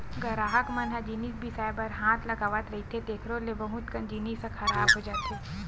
गराहक मन ह जिनिस बिसाए बर हाथ लगावत रहिथे तेखरो ले बहुत कन जिनिस ह खराब हो जाथे